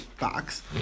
box